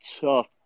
tough